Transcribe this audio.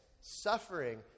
suffering